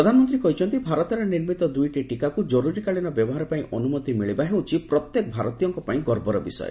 ପ୍ରଧାନମନ୍ତ୍ରୀ କହିଛନ୍ତି ଭାରତରେ ନିର୍ମିତ ଦୁଇଟି ଟୀକାକୁ ଜରୁରୀକାଳୀନ ବ୍ୟବହାର ପାଇଁ ଅନୁମତି ମିଳିବା ହେଉଛି ପ୍ରତ୍ୟେକ ଭାରତୀୟଙ୍କ ପାଇଁ ଗର୍ବର ବିଷୟ